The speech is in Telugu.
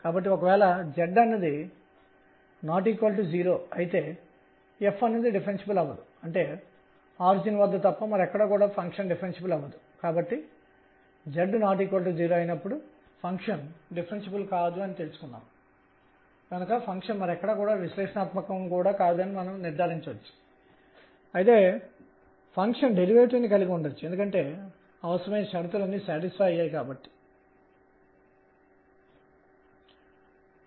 కాబట్టి L mr2 mr2sinθ అనే వ్యక్తీకరణ నుండి ప్రారంభించి ఇప్పుడు p అనేది L యొక్క z కాంపోనెంట్ అంశం తప్ప మరొకటి కాదని మీకు చూపించబోతున్నాను మరియు L వర్గం అనేది p2p2sin2 తప్ప మరొకటి కాదు